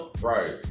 Right